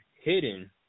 hidden